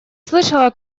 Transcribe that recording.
слышала